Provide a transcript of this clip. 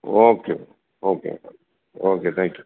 okay okay okay thank you